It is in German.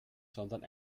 sondern